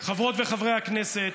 חברות וחברי הכנסת,